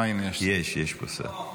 אה, הינה, יש פה שר.